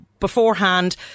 beforehand